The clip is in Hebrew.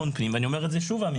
מקדמים את המצב המחפיר